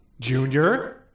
Junior